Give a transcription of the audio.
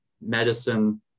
medicine